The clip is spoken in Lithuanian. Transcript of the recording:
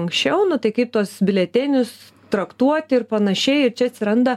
anksčiau na tai kaip tuos biuletenius traktuoti ir panašiai ir čia atsiranda